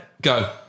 go